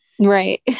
Right